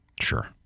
Sure